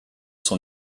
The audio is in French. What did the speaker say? son